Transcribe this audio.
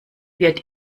wird